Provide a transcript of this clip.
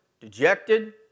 dejected